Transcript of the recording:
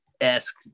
esque